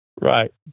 Right